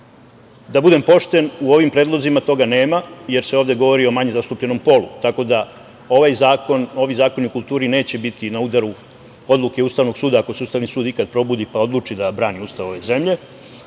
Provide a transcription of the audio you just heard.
budem pošten, u ovim predlozima toga nema, jer se ovde govori o manje zastupljenom polu, tako da ovi zakoni o kulturi neće biti na udaru odluke Ustavnog suda, ako se Ustavni sud ikada probudi, pa odluči da brani Ustav ove zemlje,